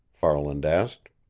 farland asked.